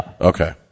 Okay